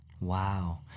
Wow